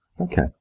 Okay